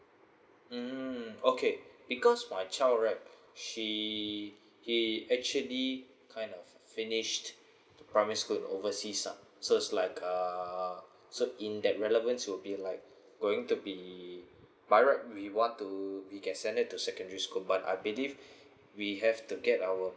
mm okay because my child right she he he actually kind of finished primary school in overseas lah so it's like uh so in that relevance would be like going to be by right we want to we can send him to secondary school but I believe we have to get our